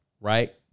right